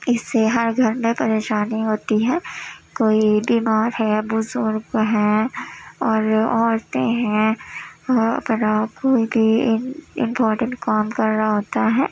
اس سے ہر گھر میں پریشانی ہوتی ہے کوئی بیمار ہے بزرگ ہے اور عورتیں ہیں ہر طرح کوئی بھی امپورٹنٹ کام کر رہا ہوتا ہے